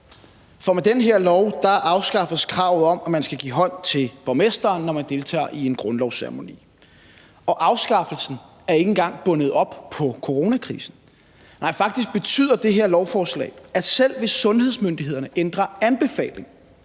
for med den her lov afskaffes kravet om, at man skal give hånd til borgmesteren, når man deltager i en grundlovsceremoni, og afskaffelsen er ikke engang bundet op på coronakrisen, nej, faktisk betyder det her lovforslag, at selv hvis sundhedsmyndighederne ændrer anbefaling